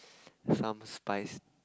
some spice